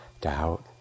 doubt